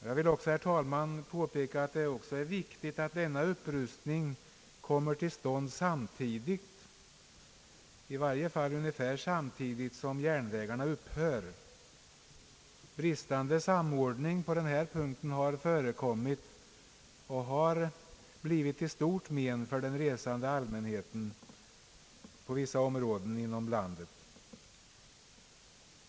Jag vill också, herr talman, påpeka att det är viktigt att denna upprustning kommer till stånd samtidigt, i varje fall ungefär samtidigt, som järnvägarna upphör. Bristande samordning på denna punkt har förekommit och har blivit till stort men för den resande allmänheten på vissa håll inom landet.